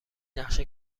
نقشه